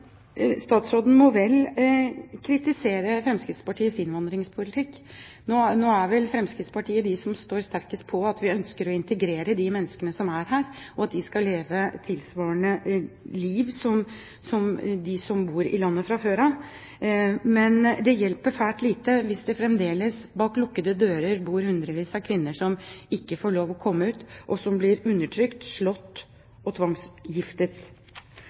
Statsråden må gjerne kritisere Fremskrittspartiets innvandringspolitikk. Nå er vel Fremskrittspartiet de som står sterkest på når det gjelder ønsket om å integrere de menneskene som er her, og at de skal leve et liv tilsvarende livet til dem som bor i landet fra før av. Men det hjelper fælt lite hvis det fremdeles bak lukkede dører bor hundrevis av kvinner som ikke får lov å komme ut, og som blir undertrykt, slått og tvangsgiftet.